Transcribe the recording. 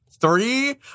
three